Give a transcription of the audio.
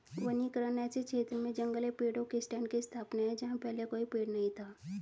वनीकरण ऐसे क्षेत्र में जंगल या पेड़ों के स्टैंड की स्थापना है जहां पहले कोई पेड़ नहीं था